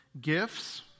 Gifts